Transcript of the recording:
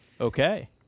Okay